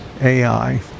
AI